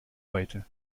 heute